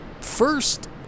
first